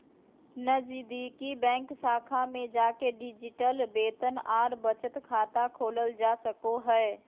नजीदीकि बैंक शाखा में जाके डिजिटल वेतन आर बचत खाता खोलल जा सको हय